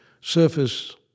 surface